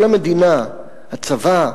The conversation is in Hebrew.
כל המדינה, הצבא,